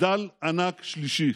מחדל ענק שלישי.